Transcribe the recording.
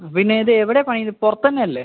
ആ പിന്നെ ഇത് എവിടെയാ പണി ഇത് പുറത്തുതന്നെ അല്ലേ